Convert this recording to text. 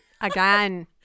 again